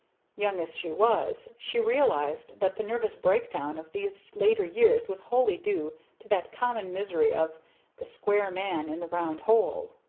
young as she was, she realized that the nervous breakdown of these later years was wholly due to that common misery of the square man in the round hole.